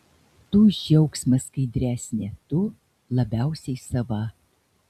tu už džiaugsmą skaidresnė tu labiausiai sava